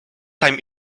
time